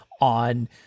on